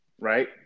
Right